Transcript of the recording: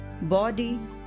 body